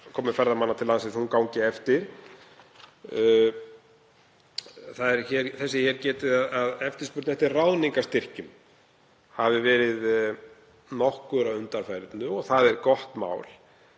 komu ferðamanna til landsins gangi eftir. Þess er hér getið að eftirspurn eftir ráðningarstyrkjum hafi verið nokkur að undanförnu og það er gott mál.